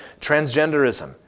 transgenderism